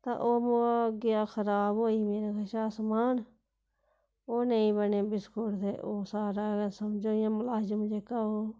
ते ओह् मोआ गेआ खराब होई मेरे कशा समान ओह् नेईं बने बिस्कुट ते ओह् सारा गै समझो इ'यां मलाजम जेह्का ओह्